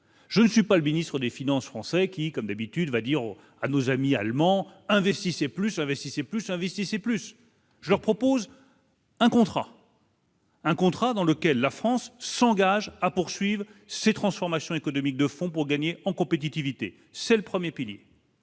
je ne suis pas le ministre des Finances français qui, comme d'habitude, va dire à nos amis allemands, investissez plus investissaient plus investissaient plus je leur propose. Un contrat dans lequel la France s'engage à poursuivre ces transformations économiques de fond pour gagner en compétitivité, c'est le 1er pilier,